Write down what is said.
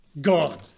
God